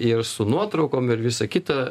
ir su nuotraukom ir visa kita